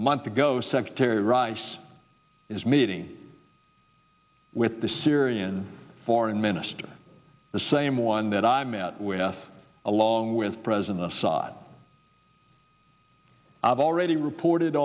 a month ago secretary rice is meeting with the syrian foreign minister the same one that i met with along with president assad i've already reported